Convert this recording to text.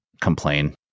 complain